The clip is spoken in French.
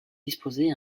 disposé